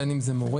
בין אם זה מורים,